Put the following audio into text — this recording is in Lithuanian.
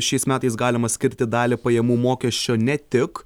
šiais metais galima skirti dalį pajamų mokesčio ne tik